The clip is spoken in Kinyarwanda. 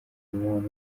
umubano